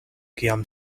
kiam